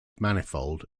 manifold